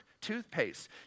Toothpaste